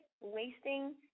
wasting